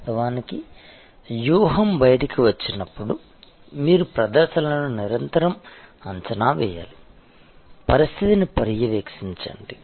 వాస్తవానికి వ్యూహం బయటకు వచ్చినప్పుడు మీరు ప్రదర్శనలను నిరంతరం అంచనా వేయాలి పరిస్థితిని పర్యవేక్షించండి